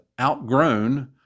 outgrown